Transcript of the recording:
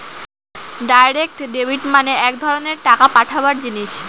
direct debit মানে এক ধরনের টাকা পাঠাবার জিনিস